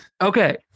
Okay